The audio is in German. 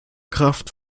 kraft